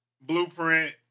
Blueprint